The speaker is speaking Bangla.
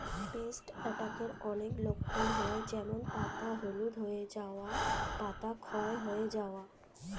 পেস্ট অ্যাটাকের অনেক লক্ষণ হয় যেমন পাতা হলুদ হয়ে যাওয়া, পাতা ক্ষয় যাওয়া